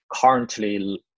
currently